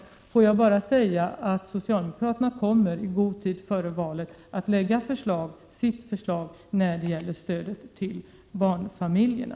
Jag vill emellertid framhålla att socialdemokraterna i god tid före valet kommer att lägga fram sitt förslag när det gäller stödet till barnfamiljerna.